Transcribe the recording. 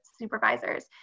supervisors